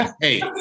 Hey